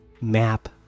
map